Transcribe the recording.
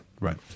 right